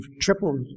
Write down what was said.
tripled